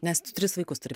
nes tu tris vaikus turi